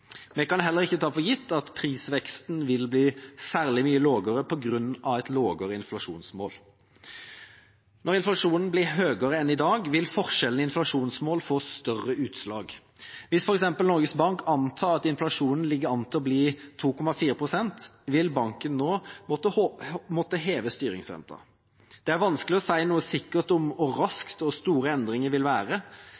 vil bli særlig mye lavere på grunn av et lavere inflasjonsmål. Når inflasjonen blir høyere enn i dag, vil forskjellen i inflasjonsmål få større utslag. Hvis f.eks. Norges Bank antar at inflasjonen ligger an til å bli 2,4 pst., vil banken nå måtte heve styringsrenta. Det er vanskelig å si noe sikkert om hvor